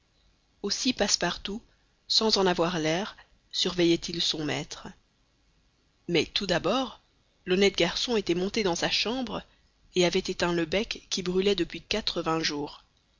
aussi passepartout sans en avoir l'air surveillait il son maître mais tout d'abord l'honnête garçon était monté dans sa chambre et avait éteint le bec qui brûlait depuis quatre-vingts jours